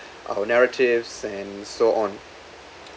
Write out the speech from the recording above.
our narratives and so on